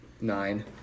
Nine